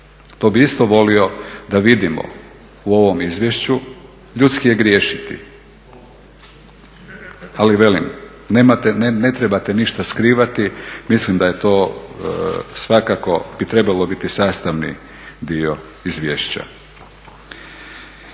To bih isto volio da vidimo u ovom izvješću, ljudski je griješiti. Ali velim, ne trebate ništa skrivati, mislim da je to svakako bi trebalo biti sastavni dio izvješća.